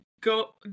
go